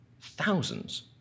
Thousands